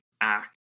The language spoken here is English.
act